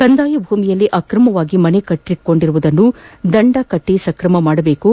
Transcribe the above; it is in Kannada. ಕಂದಾಯ ಭೂಮಿಯಲ್ಲಿ ಅಕ್ರಮವಾಗಿ ಮನೆ ಕಟ್ಟಿಕೊಂಡಿರುವುದನ್ನು ದಂಡದೊಂದಿಗೆ ಸಕ್ರಮ ಮಾಡಬೇಕು